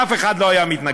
אף אחד לא היה מתנגד.